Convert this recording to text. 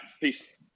Peace